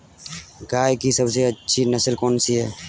गाय की सबसे अच्छी नस्ल कौनसी है?